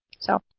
so,